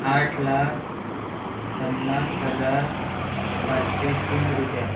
आठ लाख पन्नास हजार पांचशे तीन रुपया